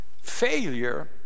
failure